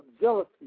jealousy